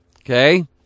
Okay